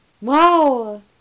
Wow